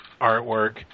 artwork